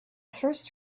first